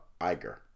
Iger